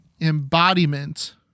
embodiment